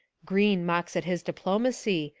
green mocks at his diplomacy,